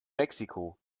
mexiko